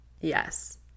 Yes